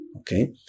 okay